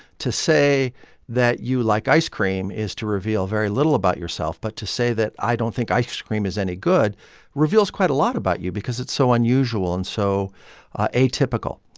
to say that you like ice cream is to reveal very little about yourself, but to say that i don't think ice cream is any good reveals quite a lot about you because it's so unusual and so atypical.